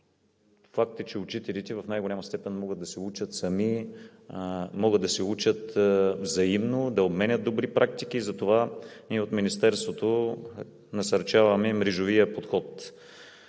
факт, че учителите в най-голяма степен могат да се учат сами, могат да се учат взаимно, да обменят добри практики. Затова и от Министерството насърчаваме мрежовия подход,